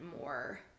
more